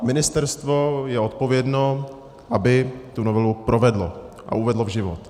Ministerstvo je odpovědno, aby tu novelu provedlo a uvedlo v život.